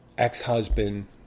Ex-husband